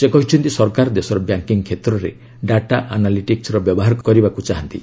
ସେ କହିଛନ୍ତି ସରକାର ଦେଶର ବ୍ୟାଙ୍କିଙ୍ଗ୍ କ୍ଷେତ୍ରରେ ଡାଟା ଆନାଲିଟିକୁର ବ୍ୟବହାର କରାଯିବାକୁ ଚାହାନ୍ତି